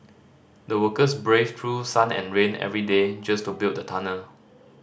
the workers braved through sun and rain every day just to build the tunnel